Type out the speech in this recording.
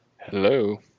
hello